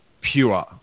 pure